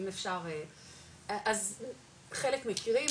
אם אפשר אז חלק מכירים,